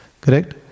Correct